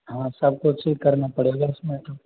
हाँ सब कुछ ही करना पड़ेगा उसमें तो